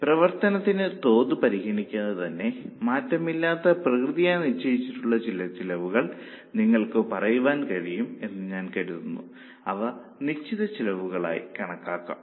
പ്രവർത്തനത്തിന് തോത് പരിഗണിക്കാതെ തന്നെ മാറ്റമില്ലാത്ത പ്രകൃത്യാ നിശ്ചയിച്ചിട്ടുള്ള ചില ചെലവുകൾ നിങ്ങൾക്ക് പറയാൻ കഴിയും എന്ന് ഞാൻ കരുതുന്നു അവ നിശ്ചിത ചെലവുകളായി കണക്കാക്കും